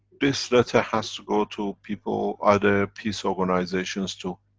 this letter has to go to people, other peace organizations too,